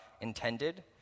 intended